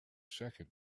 second